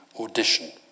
audition